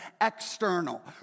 external